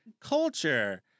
culture